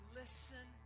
listen